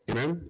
Amen